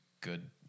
good